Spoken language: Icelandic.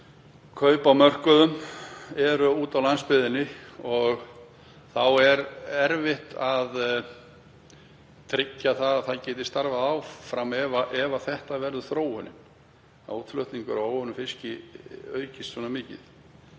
kaupum á mörkuðum, eru úti á landsbyggðinni. Þá er erfitt að tryggja að þær geti starfað áfram ef þetta verður þróunin, að útflutningur á óunnum fiski aukist svona mikið.